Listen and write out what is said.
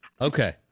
Okay